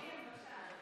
כן, בבקשה.